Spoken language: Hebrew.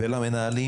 למנהלים